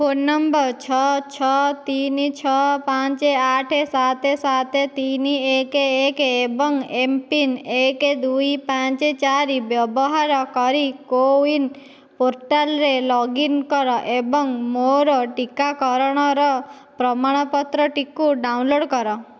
phone number ଛଅ ଛଅ ତିନି ଛଅ ପାଞ୍ଚ ଆଠ ସାତ ସାତ ତିନି ଏକ ଏକ ଏବଂ ଏମ୍ ପିନ୍ ଏକ ଦୁଇ ପାଞ୍ଚ ଚାରି ବ୍ୟବହାର କରି କୋୱିନ୍ ପୋର୍ଟାଲ୍ରେ ଲଗ୍ ଇନ୍ କର ଏବଂ ମୋର ଟିକାକରଣର ପ୍ରମାଣପତ୍ରଟିକୁ ଡାଉନଲୋଡ଼୍ କର